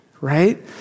right